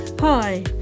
Hi